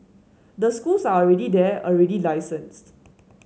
the schools are already there already licensed